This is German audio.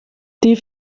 die